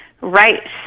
Right